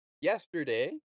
yesterday